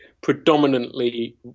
predominantly